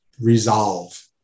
resolve